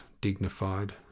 dignified